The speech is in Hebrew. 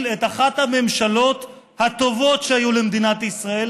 את אחת הממשלות הטובות שהיו למדינת ישראל,